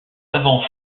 savant